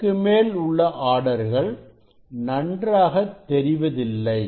அதற்குமேல் உள்ள ஆர்டர்கள் நன்றாக தெரிவதில்லை